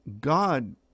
God